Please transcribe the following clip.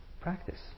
practice